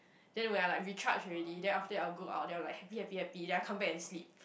then when I'm like recharged already then after that I'll go then I'll like happy happy happy then come back and sleep